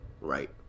Right